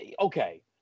okay